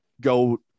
go